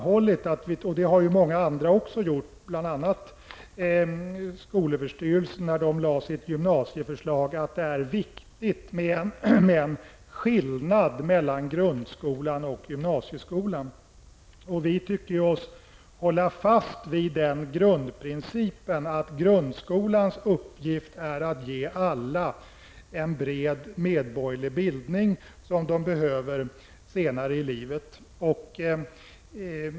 Vi och många andra, bl.a. skolöverstyrelsen när den lade fram sitt gymnasieförslag, har framhållit att det är viktigt med en skillnad mellan grundskolan och gymnasieskolan. Vi tycker oss hålla fast vi den grundprincipen att grundskolans uppgift är att ge alla en bred medborgerlig bildning, som de behöver senare i livet.